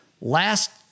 last